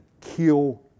kill